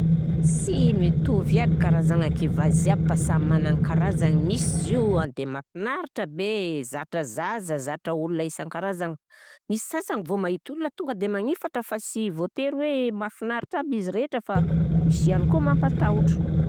Sy mitovy aby karazagna kivà ziaby fa samy gny karazany, misy zio de mahafinaritra be, zatra zaza, zatra olo isan-karazagny fa misy sasany vô mahita olona tonga de magnifatra fa sy voatery hoe mahafinaritra aby izy rehetra fa misy ihany koa mampatahotro.